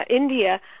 India